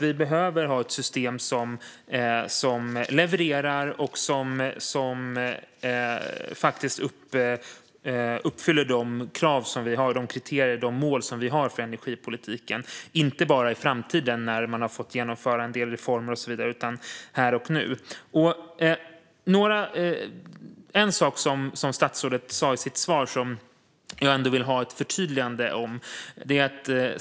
Vi behöver ha ett system som levererar och uppfyller de krav, kriterier och mål som vi har för energipolitiken, inte bara i framtiden när man har kunnat genomföra en del reformer utan här och nu. Statsrådet sa något i sitt svar som jag skulle vilja få ett förtydligande om.